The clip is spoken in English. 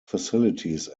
facilities